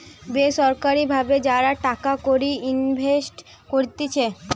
বেসরকারি ভাবে যারা টাকা কড়ি ইনভেস্ট করতিছে